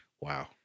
Wow